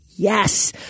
Yes